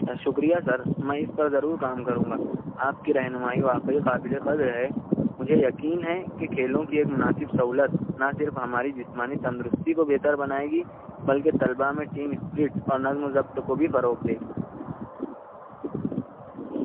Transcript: شُکریہ سر میں اِس پر ضرور کام کروں گا آپ کی رہنمائی واقعی قابل قدر ہے مجھے یقین ہے کہ کھیلوں کی ایک مناسب سہولت نہ صرف ہماری جسمانی تندرستی کو بہتر بنائے گی بلکہ طلبہ میں ٹیم اسپرٹ اور نظم و ضبط کو بھی فروغ دے گی